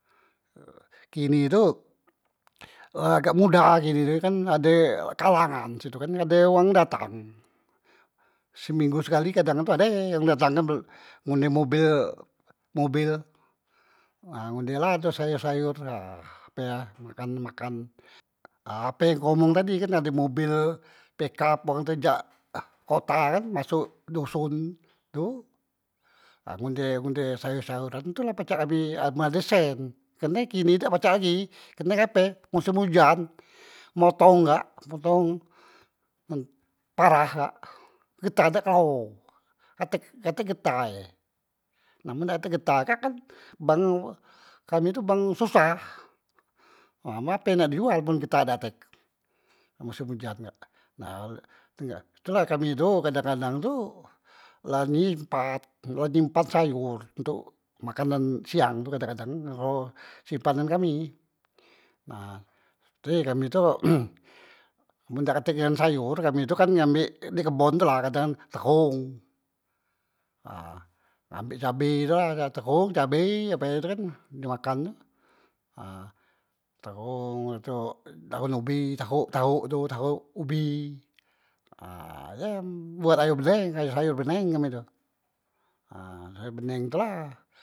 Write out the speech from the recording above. kini tu la agak muda kini tu kan, la ade kalangan situ kan, ade wang datang, seminggu sekali kadang tu ade yang datang kan ngunde mobel, mobel nah ngunde la tu sayur- sayur nah ape a makan makan, nah ape yang ku omong tadi ade mobel pekap wang tu jak kota kan masok doson tu, ha ngunde ngunde sayur- sayuran tu la pacak kami ade men ade sen, kerne kini dak cak lagi, kerne ngape musim ujan motong kak motong para kak getah dak kleho katek katek getahe, nah men dak katek getah e kak kan bang, kami tu bang susah nah ape yang nak di jual men getah dak tek, musim ujan kak, nah tula kami tu kadang- kadang tu la nyimpat, la nyimpat sayur untok makanan siang tu kadang- kadang nglor simpanan kami nah pesti kami tu men dak katek nian sayor kamu tu kan ngambek di kebon tula, kadang tehung, nah ngambek cabe tu la tehung cabe ape tu kan di makan, nah tehung da tu daon ubi tahuk tahuk tu tahuk ubi nah dem buat ayo beneng sayo beneng kami tu, nah sayo bening tula